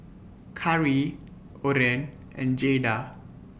Karri Oren and Jayda